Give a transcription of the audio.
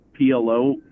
PLO